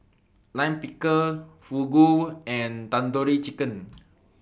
Lime Pickle Fugu and Tandoori Chicken